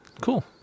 Cool